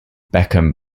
beckham